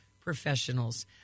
professionals